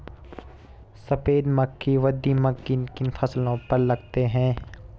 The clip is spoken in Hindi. सफेद मक्खी व दीमक किन किन फसलों पर लगते हैं?